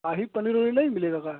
शाही पनीर ओनीर नहीं मिलेगा का